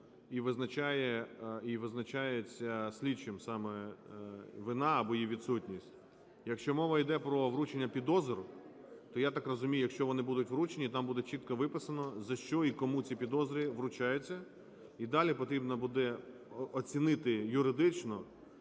і визначається слідчим саме вина або її відсутність. Якщо мова іде про вручення підозр, то, я так розумію, якщо вони будуть вручені, там буде чітко виписано, за що і кому ці підозри вручаються. І далі потрібно буде оцінити юридично,